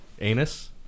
anus